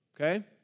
okay